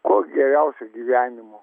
kuo geriausio gyvenimo